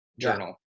journal